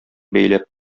бәйләп